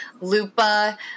Lupa